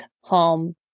home